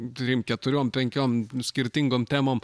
trim keturiom penkiom skirtingom temom